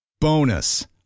Bonus